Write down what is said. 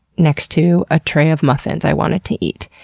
next to a tray of muffins i wanted to eat.